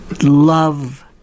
love